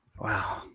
wow